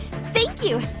thank you.